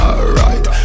Alright